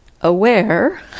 aware